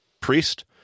priest